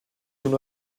uno